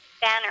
Banner